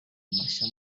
mashya